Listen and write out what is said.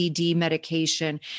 medication